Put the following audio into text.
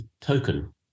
token